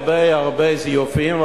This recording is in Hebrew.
הרבה הרבה זיופים,